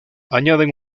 añaden